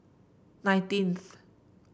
nineteenth